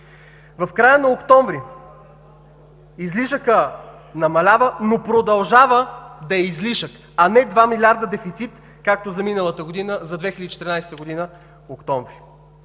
В края на октомври излишъкът намалява, но продължава да е излишък, а не 2 милиарда дефицит, както за 2014 г. – октомври.